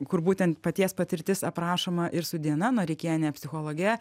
kur būtent paties patirtis aprašoma ir su diana noreikiene psichologe